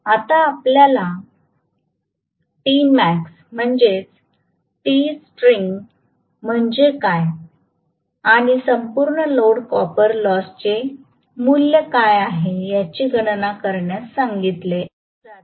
आता आपल्याला Tmax म्हणजे Tstarting म्हणजे काय आणि संपूर्ण लोड कॉपर लॉसचे मूल्य काय आहे याची गणना करण्यास सांगितले जाते